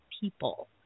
people